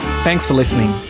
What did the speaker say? thanks for listening